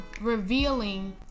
revealing